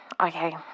Okay